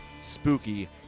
spooky